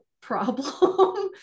problem